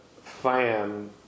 fan